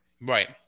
Right